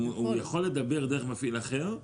הוא יכול לדבר דרך מפעיל אחר.